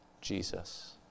Jesus